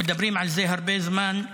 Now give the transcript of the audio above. מדברים על זה הרבה זמן,